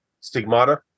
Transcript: Stigmata